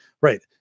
right